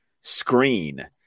screen